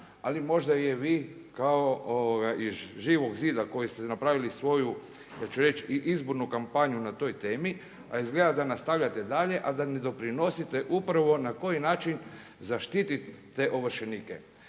ali možda je vi kao iz Živog zida koji ste napravili svoju, ja ću reći i izbornu kampanju na toj temi a izgleda da nastavljate dalje a da ne doprinosite upravo na koji način zaštiti te ovršenike.